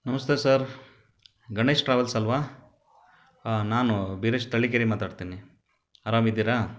ನಮಸ್ತೆ sir Ganesh travels ಅಲ್ಲವಾ ಹಾಂ ನಾನು ವೀರೇಶ್ ತಳ್ಳಿಕೆರೆ ಮಾತಾಡ್ತೀನಿ ಅರಾಮಿದ್ದೀರಾ